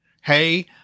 Hey